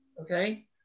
okay